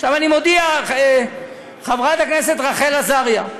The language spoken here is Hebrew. עכשיו, אני מודיע, חברת הכנסת רחל עזריה: